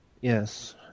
Yes